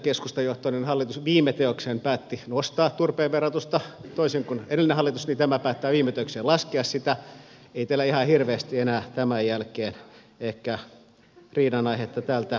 keskustajohtoinen hallitus muuten viime teoikseen päätti nostaa turpeen verotusta toisin kuin edellinen hallitus tämä hallitus päättää viime töikseen laskea sitä ja ei teillä ihan hirveästi enää tämän jälkeen ehkä riidanaihetta täältä löydy